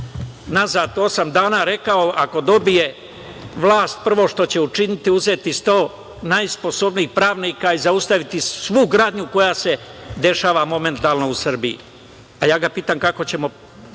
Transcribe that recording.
unazad osam dana rekao ako dobije vlast, prvo što će učiniti, uzeti sto najsposobnijih pravnika i zaustaviti svu gradnju koja se dešava momentalno u Srbiji. Ja ga pitam kako ćemo